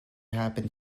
happened